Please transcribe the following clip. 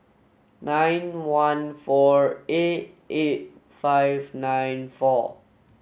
nine one four eight eight five nine four